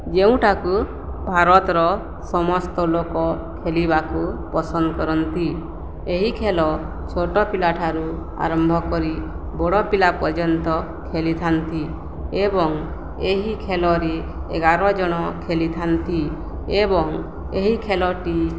ଯେଉଁଟାକୁ ଭାରତର ସମସ୍ତ ଲୋକ ଖେଳିବାକୁ ପସନ୍ଦ କରନ୍ତି ଏହି ଖେଳ ଛୋଟ ପିଲାଠାରୁ ଆରମ୍ଭ କରି ବଡ଼ ପିଲା ପର୍ଯ୍ୟନ୍ତ ଖେଳିଥାନ୍ତି ଏବଂ ଏହି ଖେଲରେ ଏଗାର ଜଣ ଖେଳିଥାନ୍ତି ଏବଂ ଏହି ଖେଳଟି